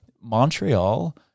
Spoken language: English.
Montreal